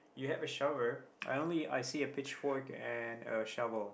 you have a shovel I only I see a pitchfork and a shovel